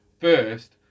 First